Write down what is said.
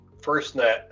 FirstNet